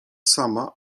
sama